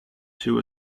two